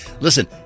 listen